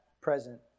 present